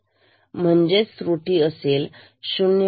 तर त्रुटी असेल 0